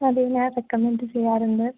അതേ ഞാൻ റെകമ്മെന്റ് ചെയ്യാറുണ്ട്